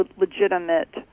legitimate